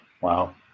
Wow